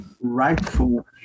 rightful